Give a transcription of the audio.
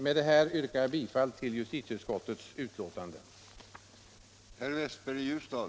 Med detta yrkar jag bifall till justitieutskottets hemställan.